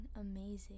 amazing